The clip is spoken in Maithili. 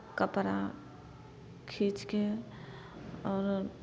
कपड़ा खींचि कऽ आओर